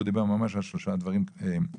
והוא דיבר ממש על שלושה דברים ספציפיים.